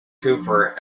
cooper